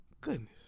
Goodness